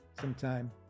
sometime